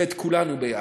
את כולנו ביחד.